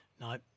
No